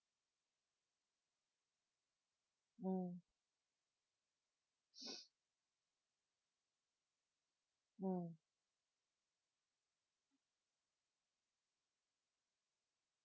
mm mm